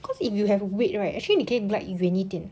cause if you have weight right actually 你可以 glide 远一点